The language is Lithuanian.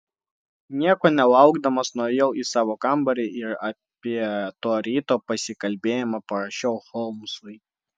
nieko nelaukdamas nuėjau į savo kambarį ir apie to ryto pasikalbėjimą parašiau holmsui